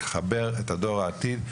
לחבר את דור העתיד,